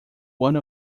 one